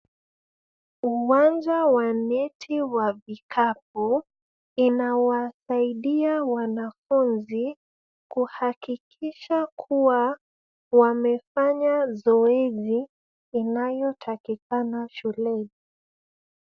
Uwanja wa neti ya vikapu inawasaidia wanafunzi kuhakikisha kuwa wamefanya zoezi inayotakikana shuleni.